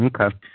Okay